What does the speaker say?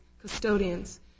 custodians